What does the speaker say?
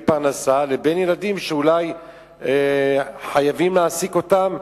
וילדים שאולי חייבים להעסיק אותם.